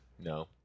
No